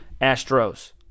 Astros